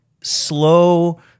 slow